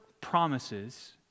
promises